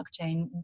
blockchain